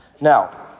Now